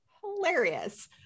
Hilarious